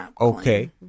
Okay